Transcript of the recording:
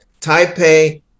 Taipei